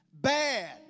Bad